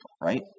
right